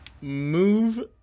move